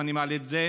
ואני מעלה את זה,